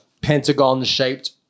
pentagon-shaped